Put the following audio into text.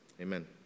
Amen